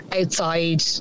outside